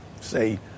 say